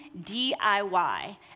DIY